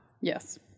yes